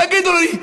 תגידו לי,